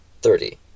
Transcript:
thirty